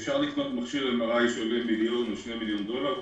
אפשר לקנות מכשיר MRI שעולה מיליון או 2 מיליון דולר,